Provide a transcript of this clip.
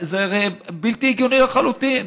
זה הרי בלתי הגיוני לחלוטין.